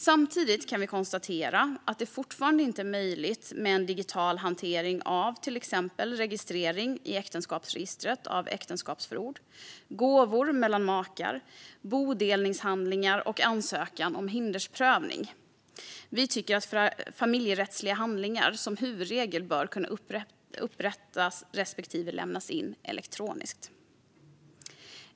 Samtidigt kan vi konstatera att det fortfarande inte är möjligt med digital hantering vid till exempel registrering i äktenskapsregistret av äktenskapsförord, gåvor mellan makar, bodelningshandlingar och ansökan om hindersprövning. Vi tycker att familjerättsliga handlingar som huvudregel bör kunna upprättas respektive lämnas in elektroniskt.